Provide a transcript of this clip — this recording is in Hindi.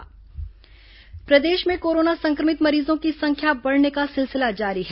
कोरोना मरीज प्रदेश में कोरोना संक्रमित मरीजों की संख्या बढ़ने का सिलसिला जारी है